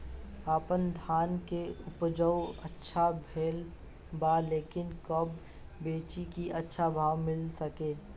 आपनधान के उपज अच्छा भेल बा लेकिन कब बेची कि अच्छा भाव मिल सके?